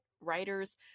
writers